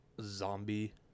Zombie